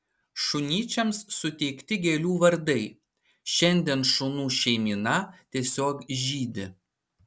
šunyčiams suteikti gėlių vardai šiandien šunų šeimyna tiesiog žydi